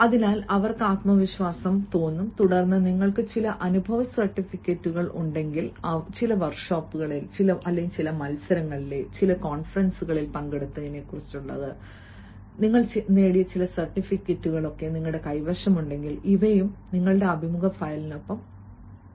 അതിനാൽ അവർക്ക് ആത്മവിശ്വാസം തോന്നും തുടർന്ന് നിങ്ങൾക്ക് ചില അനുഭവ സർട്ടിഫിക്കറ്റുകൾ ഉണ്ടെങ്കിൽ ചില വർക്ക്ഷോപ്പുകളിലെ ചില മത്സരങ്ങളിലെ ചില കോൺഫറൻസുകളിൽ നിങ്ങൾ നേടിയ ചില സർട്ടിഫിക്കറ്റുകൾ നിങ്ങളുടെ കൈവശമുണ്ടെങ്കിൽ ഇവയും നിങ്ങളുടെ അഭിമുഖ ഫയലിന്റെ ഭാഗമാകും